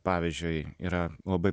pavyzdžiui yra labai